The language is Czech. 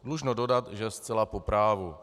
Dlužno dodat, že zcela po právu.